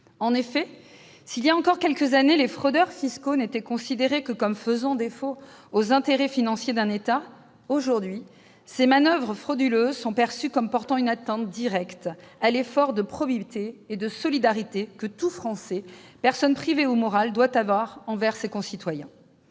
En effet, s'il y a encore quelques années les fraudeurs fiscaux n'étaient considérés que comme faisant défaut aux intérêts financiers d'un État, aujourd'hui ces manoeuvres frauduleuses sont perçues comme portant une atteinte directe à l'effort de probité et de solidarité que tout Français, personne privée ou morale, doit avoir envers ses concitoyens.